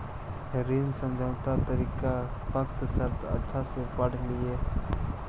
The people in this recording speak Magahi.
ऋण समझौता करित वक्त शर्त अच्छा से पढ़ लिहें